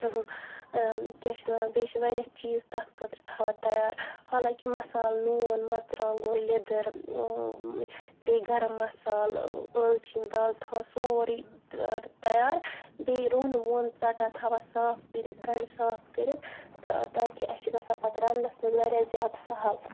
کیٛاہ چھِ اَتھ وَنان بیٚیہِ چھِ واریاہ چیٖز تَتھ خٲطرٕ تھاوان تیار حالانکہِ مَصال نوٗن مَژٕرٛوانٛگُن لیٚدٕر بیٚیہِ گرم مصالہٕ عٲلچیٖن دالہٕ تھاوان سورٕے تیار بیٚیہِ روٚن ووٚن ژٹان تھاوان صاف کٔرِتھ گَنٛڈٕ صاف کٔرِتھ تہٕ تاکہِ اَسہِ چھِ گژھان پَتہٕ رَنٛنَس منٛز واریاہ زیادٕ سہَل